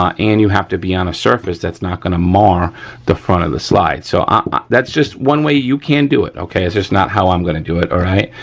and you have to be on a surface that's not gonna mar the front of the slide. so ah that's just one way you can do it, okay, it's just not how i'm gonna do it, all right.